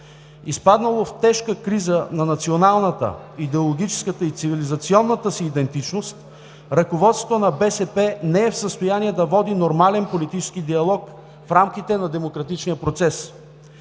Изпаднало в тежка криза на националната, идеологическата и цивилизационната си идентичност, ръководството на БСП не е в състояние да води нормален политически диалог в рамките на демократичния процес.